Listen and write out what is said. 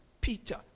Peter